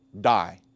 die